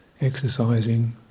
exercising